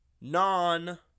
non